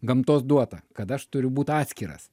gamtos duota kad aš turiu būt atskiras